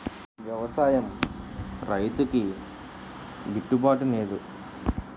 వ్యవసాయం రైతుకి గిట్టు బాటునేదు